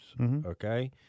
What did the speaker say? Okay